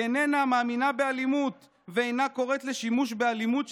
היא איננה מאמינה באלימות ואינה קוראת לשימוש באלימות,